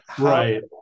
right